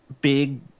big